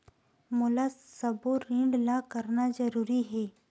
मोला सबो ऋण ला करना जरूरी हे?